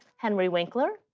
henry winkler,